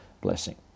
blessing